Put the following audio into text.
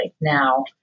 Now